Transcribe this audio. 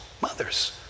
mothers